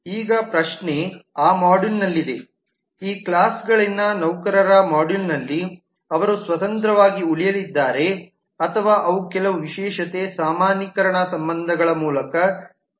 ಈಗ ಪ್ರಶ್ನೆ ಆ ಮಾಡ್ಯೂಲ್ನಲ್ಲಿದೆಈ ಕ್ಲಾಸ್ಳಲ್ಲಿನ ನೌಕರರ ಮಾಡ್ಯೂಲ್ನಲ್ಲಿ ಅವರು ಸ್ವತಂತ್ರವಾಗಿ ಉಳಿಯಲಿದ್ದಾರೆ ಅಥವಾ ಅವು ಕೆಲವು ವಿಶೇಷತೆ ಸಾಮಾನ್ಯೀಕರಣ ಸಂಬಂಧಗಳ ಮೂಲಕ ಸಂಬಂಧ ಹೊಂದಲಿವೆ